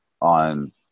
on